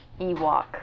Ewok